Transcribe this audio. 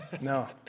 no